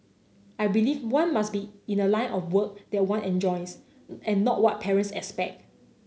I believe one must be in a line of work that one enjoys and not what parents expect